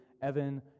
Evan